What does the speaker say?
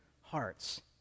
hearts